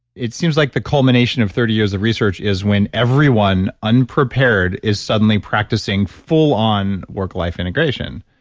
it seems like the culmination of thirty years of research is when everyone, unprepared, is suddenly practicing full on work life integration.